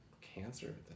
cancer